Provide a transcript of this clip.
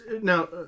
now